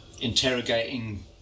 interrogating